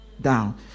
down